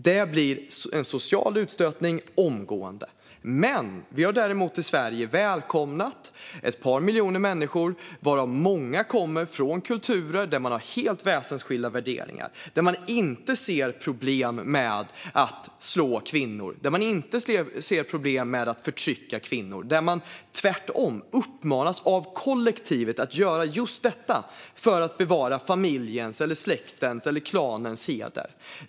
Det leder omgående till social utstötning. Men Sverige har välkomnat ett par miljoner människor varav många kommer från kulturer med helt väsensskilda värderingar och där man inte ser problem med att slå eller förtrycka kvinnor utan tvärtom uppmanas av kollektivet att göra just detta för att bevara familjens, släktens eller klanens heder.